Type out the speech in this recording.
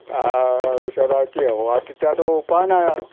তাৰপিছত আৰু কি হ'ব আৰু তেতিয়াতো উপায় নাই আৰু